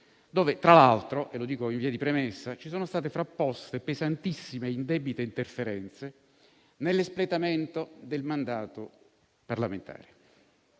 dove tra l'altro - lo dico in via di premessa - ci sono state frapposte pesantissime ed indebite interferenze nell'espletamento del mandato parlamentare;